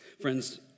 Friends